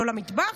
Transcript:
לא למטבח,